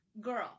girl